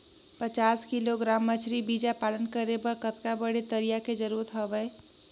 पचास किलोग्राम मछरी बीजा पालन करे बर कतका बड़े तरिया के जरूरत हवय?